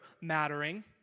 mattering